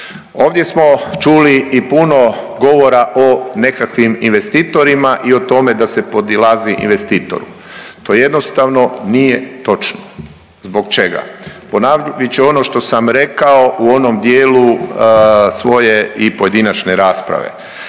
Ovdje smo čuli i puno govora o nekakvim investitorima i o tome da se podilazi investitoru, to jednostavno nije točno. Zbog čega? Ponovit ću ono što sam rekao u onom dijelu svoje i pojedinačne rasprave.